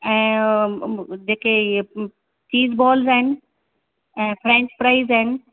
ऐं जेके इहे चीज़ बॉल्स आहिनि ऐं फ़्रैंच फ़्राईस आहिनि